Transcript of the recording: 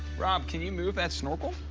rob, can you move that snorkel?